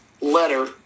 letter